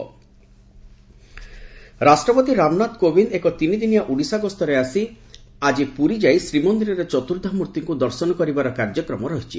ରାଷ୍ଟ୍ରପତି ରାଷ୍ଟ୍ରପତି ରାମନାଥ କୋବିନ୍ଦ ଏକ ତିନିଦିନିଆ ଓଡିଶା ଗସ୍ତରେ ଆସି ଆଜି ପୁରୀ ଯାଇ ଶ୍ରୀମନ୍ଦିରରେ ଚତୁର୍ଦ୍ଧାମୂର୍ତ୍ତିଙ୍କୁ ଦର୍ଶନ କରିବାର କାର୍ଯ୍ୟକ୍ରମ ରହିଛି